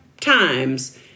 times